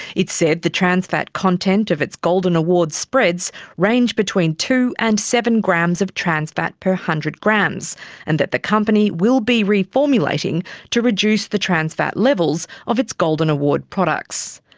it said the trans fat content of its golden award spreads ranged between two and seven grams of trans fat per one hundred grams and that the company will be reformulating to reduce the trans fat levels of its golden award products.